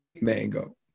mango